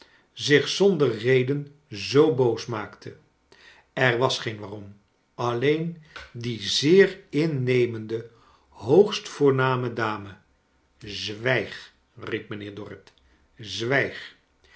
zich zonder reden zoo boos rnaakte er was geen waarom alleen die zeer innemende hoogst voorname dame zwijg riep mijnheer dorrit